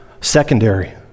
secondary